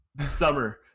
summer